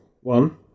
one